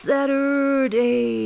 Saturday